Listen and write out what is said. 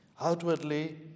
Outwardly